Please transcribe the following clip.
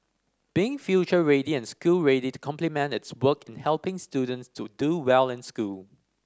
being future ready and school ready to complement its work in helping students to do well in school